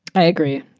i agree.